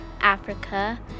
Africa